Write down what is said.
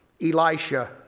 Elisha